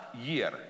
year